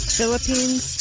Philippines